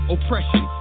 Oppression